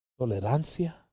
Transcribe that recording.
tolerancia